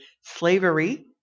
slavery